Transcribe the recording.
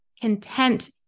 content